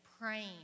praying